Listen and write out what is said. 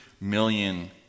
million